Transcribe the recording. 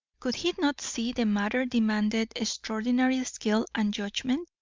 could he not see the matter demanded extraordinary skill and judgment?